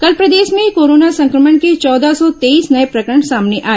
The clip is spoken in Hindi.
कल प्रदेश में कोरोना संक्रमण के चौदह सौ तेईस नये प्रकरण सामने आए